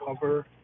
cover